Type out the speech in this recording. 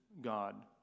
God